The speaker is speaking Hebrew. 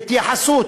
התייחסות,